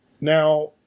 Now